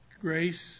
Grace